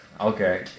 Okay